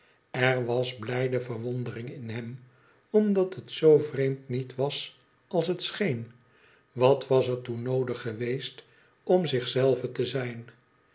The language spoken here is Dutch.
er was blijde verwondering in hem omdat het zoo vreemd niet was als het scheen wat was er toe noodig geweest om zichzelve te zijn